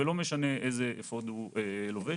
ולא משנה איזה אפוד הוא לובש